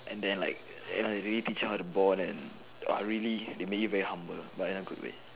and then like and they really teach you how to bond and really they make you very humble but in a good way